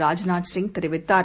Raj நாத்சிங்தெரிவித்தார்